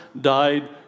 died